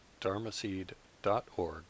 dharmaseed.org